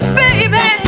baby